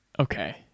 Okay